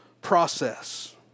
process